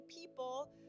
people